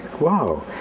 wow